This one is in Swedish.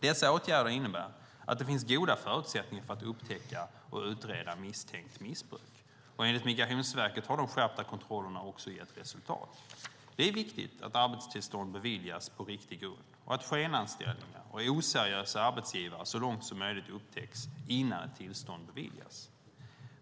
Dessa åtgärder innebär att det finns goda förutsättningar för att upptäcka och utreda misstänkt missbruk. Enligt Migrationsverket har de skärpta kontrollerna också gett resultat. Det är viktigt att arbetstillstånd beviljas på riktig grund och att skenanställningar och oseriösa arbetsgivare så långt som möjligt upptäcks innan ett tillstånd beviljas.